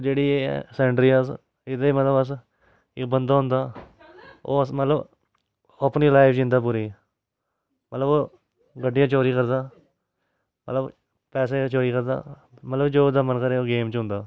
जेह्ड़ी एह् ऐ सेन्ट्रीआज़ एह्दे मल्लब अस इक बंदा होन्दा ओह् अस मतलब ओह् अपनी लाइफ जीन्दा पूरी मतलब डट्टियै चोरी करदा मतलब पैसे दी चोरी करदा मल्लब जो ओह्दा मन करै ओह् गेम च होंदा